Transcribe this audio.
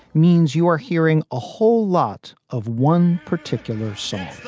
means you are hearing a whole lot of one particular song